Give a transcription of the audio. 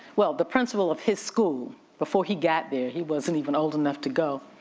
well the principle of his school before he got there, he wasn't even old enough to go,